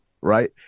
right